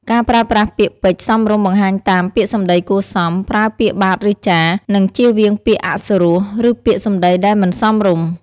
ការប្រើប្រាស់ពាក្យពេចន៍សមរម្យបង្ហាញតាម ពាក្យសំដីគួរសម ប្រើពាក្យបាទឫចាស៎ និងជៀសវាងពាក្យអសុរោះ ឬពាក្យសម្ដីដែលមិនសមរម្យ។